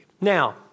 Now